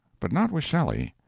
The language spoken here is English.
but not with shelley.